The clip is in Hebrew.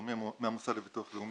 מהמוסד לביטוח לאומי,